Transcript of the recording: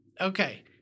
Okay